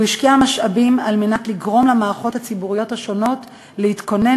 והוא השקיע משאבים כדי לגרום למערכות הציבוריות השונות להתכונן